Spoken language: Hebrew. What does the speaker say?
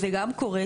וזה גם קורה,